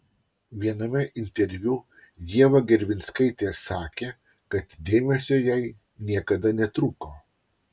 viename interviu ieva gervinskaitė sakė kad dėmesio jai niekada netrūko